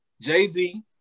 Jay-Z